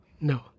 No